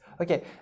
okay